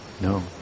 no